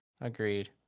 agreed